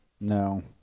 No